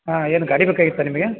ಹಾಂ ಏನು ಗಾಡಿ ಬೇಕಾಗಿತ್ತಾ ನಿಮಗೆ